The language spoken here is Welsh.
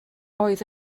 oedd